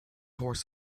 horse